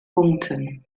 punkten